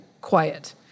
quiet